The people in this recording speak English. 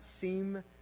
seem